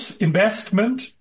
investment